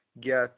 get